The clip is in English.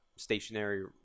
Stationary